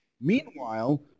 Meanwhile